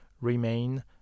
remain